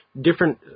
different